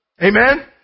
Amen